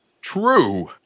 true